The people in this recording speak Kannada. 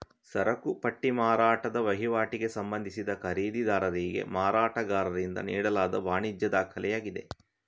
ಸರಕು ಪಟ್ಟಿ ಮಾರಾಟದ ವಹಿವಾಟಿಗೆ ಸಂಬಂಧಿಸಿದ ಖರೀದಿದಾರರಿಗೆ ಮಾರಾಟಗಾರರಿಂದ ನೀಡಲಾದ ವಾಣಿಜ್ಯ ದಾಖಲೆಯಾಗಿದೆ